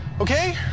Okay